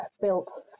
built